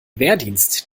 wehrdienst